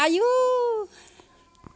आयौ